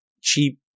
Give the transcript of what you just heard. cheap